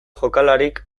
jokalarik